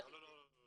לא לא.